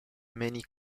many